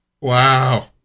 Wow